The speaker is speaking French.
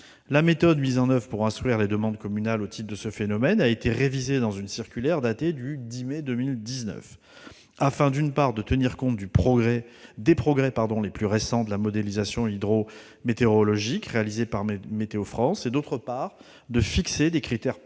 La méthode appliquée pour instruire les demandes communales formulées au titre de ce phénomène a été révisée par une circulaire datée du 10 mai 2019 afin, d'une part, de tenir compte des progrès les plus récents dans la modélisation hydrométéorologique réalisée par Météo France, et, d'autre part, de fixer des critères plus